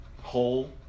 whole